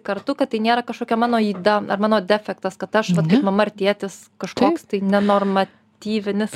kartu kad tai nėra kažkokia mano yda ar mano defektas kad aš vat kaip mama ar tėtis kažkoks tai nenorma tyvinis